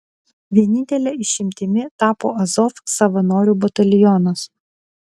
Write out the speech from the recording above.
vienintele išimtimi tapo azov savanorių batalionas